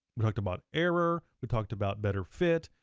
we talked about error, we talked about better fit,